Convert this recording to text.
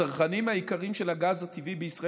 הצרכנים העיקריים של הגז הטבעי בישראל